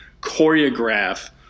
choreograph